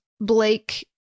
Blake